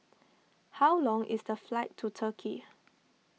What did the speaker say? how long is the flight to Turkey